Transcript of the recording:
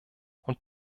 und